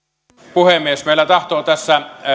puhemies meillä tahtoo tässä